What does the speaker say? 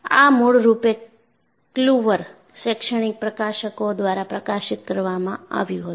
આ મૂળરૂપે ક્લુવર શૈક્ષણિક પ્રકાશકો દ્વારા પ્રકાશિત કરવામાં આવ્યું હતું